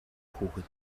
хүүхэд